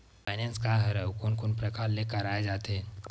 Finance का हरय आऊ कोन कोन प्रकार ले कराये जाथे?